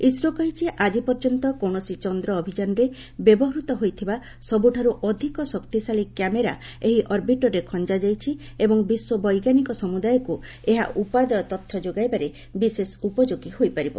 ISRO କହିଛି ଆଜିପର୍ଯ୍ୟନ୍ତ କୌଣସି ଚନ୍ଦ୍ରଅଭିଯାନରେ ବ୍ୟବହୃତ ହୋଇଥିବା ସବୁଠାରୁ ଅଧିକ ଶକ୍ତିଶାଳୀ କ୍ୟାମେରା ଏହି ଅର୍ବିଟରରେ ଖଞ୍ଜା ଯାଇଛି ଏବଂ ବିଶ୍ୱ ବୈଜ୍ଞାନିକ ସମୁଦାୟକୁ ଏହା ଉପାଦେୟ ତଥ୍ୟ ଯୋଗାଇବାରେ ବିଶେଷ ଉପଯୋଗୀ ହୋଇପାରିବ